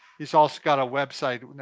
he's also got a website,